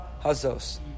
hazos